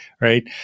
right